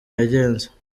yagenze